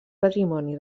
patrimoni